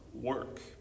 Work